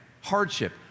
hardship